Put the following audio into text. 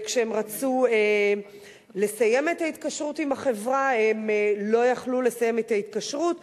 וכשהם רצו לסיים את ההתקשרות עם החברה הם לא יכלו לסיים את ההתקשרות,